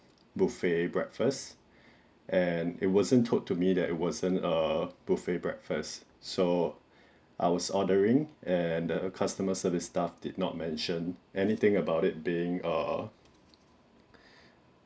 buffet breakfast and it wasn't told to me that it wasn't a buffet breakfast so I was ordering and the customer service staff did not mention anything about it being a